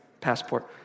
passport